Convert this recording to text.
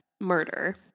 murder